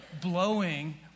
blowing